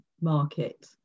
market